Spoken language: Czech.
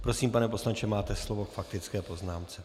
Prosím, pane poslanče, máte slovo k faktické poznámce.